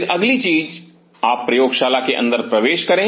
फिर अगली चीज आप प्रयोगशाला के अंदर प्रवेश करें